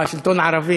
אה, שלטון ערבי.